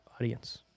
audience